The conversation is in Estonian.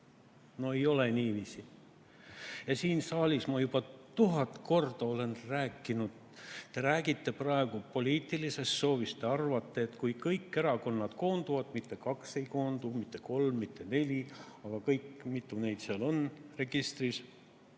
No ei ole niiviisi! Siin saalis ma juba tuhat korda olen rääkinud, et te räägite praegu poliitilisest soovist. Te arvate, et kui kõik erakonnad koonduvad, mitte kaks ei koondu, mitte kolm, mitte neli, vaid kõik – mitu neid seal on registris,